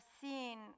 seen